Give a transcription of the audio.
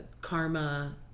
karma